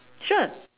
sure